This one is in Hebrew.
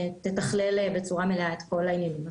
ביחס לניסויים כמו שציינו הדוברות ממשרד